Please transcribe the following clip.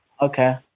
Okay